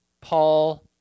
Paul